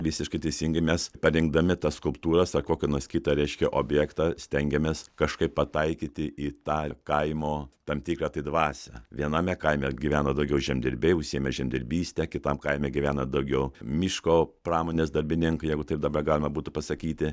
visiškai teisingai mes parinkdami tas skulptūras ar kokį nors kitą reiškia objektą stengiamės kažkaip pataikyti į tą kaimo tam tikrą tai dvasią viename kaime gyveno daugiau žemdirbiai užsiėmė žemdirbyste kitam kaime gyvena daugiau miško pramonės darbininkai jeigu taip dabar galima būtų pasakyti